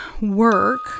work